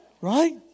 Right